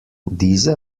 diese